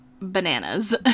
bananas